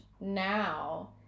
now